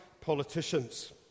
politicians